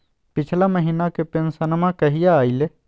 पिछला महीना के पेंसनमा कहिया आइले?